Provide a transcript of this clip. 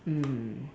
mm